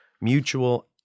mutual